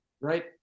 Right